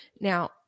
Now